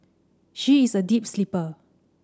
she is a deep sleeper